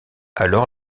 alors